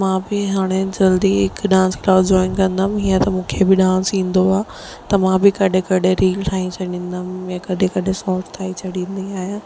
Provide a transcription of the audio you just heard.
मां बि हाणे जल्दी हिकु डांस क्लास जोइन कंदमि हीअं त मूंखे बि डांस ईंदो आहे त मां बि कॾहिं कॾहिं रील ठाहे छॾींदमि या कॾहिं कॾहिं सौंफ ठाही छॾींदी आहियां